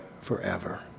forever